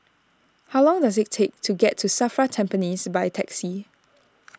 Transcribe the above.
how long does it take to get to Safra Tampines by taxi